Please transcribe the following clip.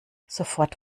sofort